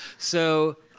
so